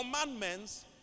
commandments